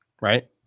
right